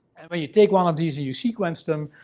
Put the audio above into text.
and when you take one of these and you sequence them,